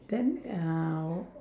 then uh